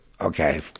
okay